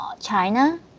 China